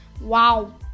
Wow